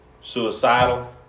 suicidal